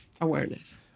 awareness